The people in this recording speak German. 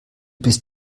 bist